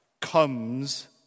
comes